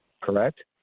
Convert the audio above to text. Correct